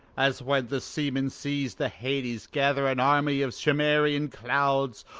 as when the seaman sees the hyades gather an army of cimmerian clouds,